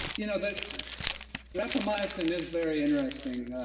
you know but rapamycin is very interesting,